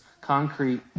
concrete